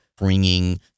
bringing